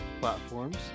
platforms